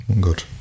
Good